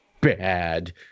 bad